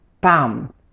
bam